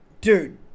Dude